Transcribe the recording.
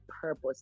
purpose